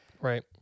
Right